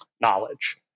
knowledge